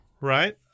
right